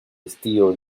estío